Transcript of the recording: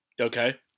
Okay